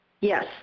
Yes